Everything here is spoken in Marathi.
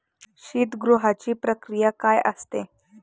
शीतगृहाची प्रक्रिया काय असते?